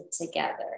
together